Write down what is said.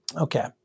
Okay